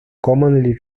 commonly